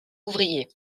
ouvrier